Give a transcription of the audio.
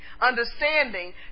Understanding